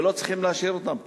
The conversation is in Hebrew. ולא צריכים להשאיר אותם פה.